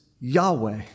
Yahweh